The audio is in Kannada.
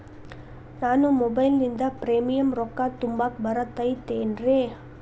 ನಾನು ಮೊಬೈಲಿನಿಂದ್ ಪ್ರೇಮಿಯಂ ರೊಕ್ಕಾ ತುಂಬಾಕ್ ಬರತೈತೇನ್ರೇ?